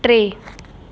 टे